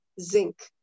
zinc